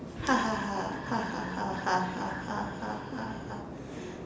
ha ha ha ha ha ha ha ha ha ha ha ha